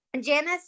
Janice